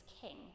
king